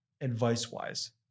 advice-wise